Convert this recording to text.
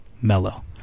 mellow